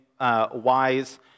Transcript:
wise